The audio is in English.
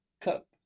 cup